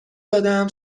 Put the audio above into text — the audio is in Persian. دادم